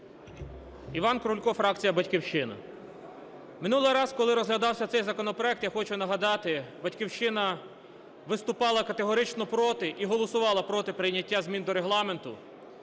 Іван Крулько, фракція "Батьківщина". Минулий раз, коли розглядався цей законопроект, я хочу нагадати, "Батьківщина" виступала категорично проти і голосувала проти прийняття змін до Регламенту,